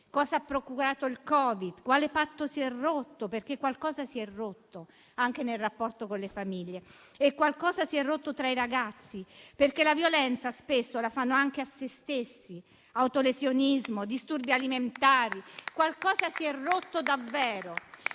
cosa abbia procurato il Covid, quale patto si sia rotto. Qualcosa si è rotto, infatti, anche nel rapporto con le famiglie e qualcosa si è rotto tra i ragazzi, perché la violenza spesso la fanno anche a se stessi, tra autolesionismo e disturbi alimentari. Qualcosa si è rotto davvero.